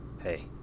hey